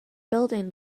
building